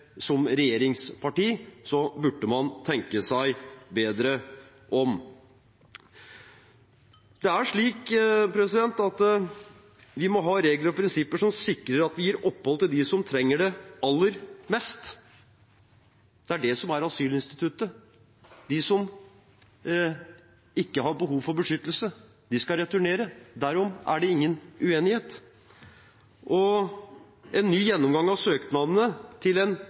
som regjeringsparti, burde man tenke seg bedre om. Det er slik at vi må ha regler og prinsipper som sikrer at vi gir opphold til dem som trenger det aller mest. Det er det som er asylinstituttet. De som ikke har behov for beskyttelse, skal returnere. Derom er det ingen uenighet. En ny gjennomgang av søknadene fra en